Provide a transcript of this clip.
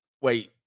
Wait